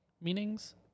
meanings